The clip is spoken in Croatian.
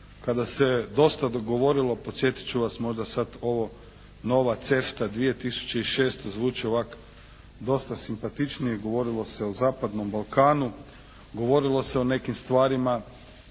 kada se dosta govorilo, podsjetit ću vas možda sad ovo Nova CEFTA 2006., zvuči ovak' dosta simpatičnije. Govorilo se o zapadnom Balkanu, govorilo se o nekim stvarima